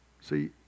See